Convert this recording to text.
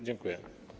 Dziękuję.